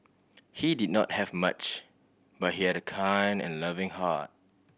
he did not have much but he had a kind and loving heart